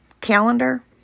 calendar